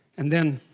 and then